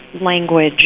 language